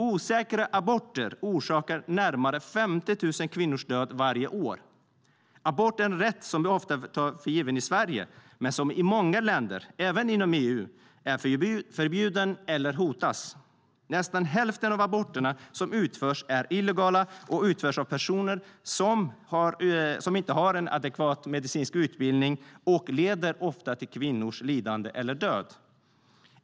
Osäkra aborter orsakar närmare 50 000 kvinnors död varje år. Abort är en rätt som vi ofta tar för given i Sverige men som i många länder, även inom EU, är förbjuden eller hotas. Nästan hälften av aborterna som utförs är illegala och utförs av personer som saknar adekvat medicinsk utbildning, och de leder oftast till lidande eller död för dessa kvinnor.